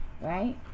right